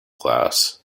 glass